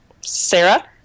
Sarah